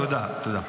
תודה.